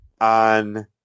on